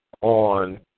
on